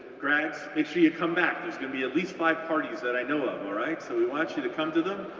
grads, make sure you come back, there's gonna be at least five parties that i know of, all right, so we want you to come to them,